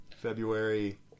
February